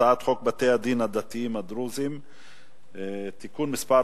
הצעת חוק בתי-הדין הדתיים הדרוזיים (תיקון מס'